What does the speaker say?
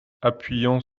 appuyant